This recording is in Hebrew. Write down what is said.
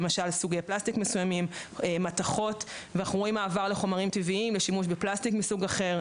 למשל: סוגי פלסטיק מסוימים או מתכות לשימוש בפלסטיק מסוג אחר,